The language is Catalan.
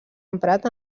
emprat